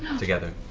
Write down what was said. together.